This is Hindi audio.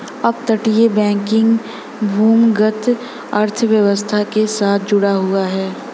अपतटीय बैंकिंग भूमिगत अर्थव्यवस्था के साथ जुड़ा हुआ है